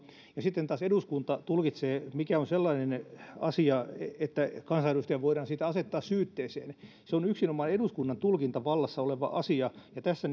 ja sitten taas eduskunta tulkitsee mikä on sellainen asia että kansanedustaja voidaan siitä asettaa syytteeseen se on yksinomaan eduskunnan tulkintavallassa oleva asia ja tässä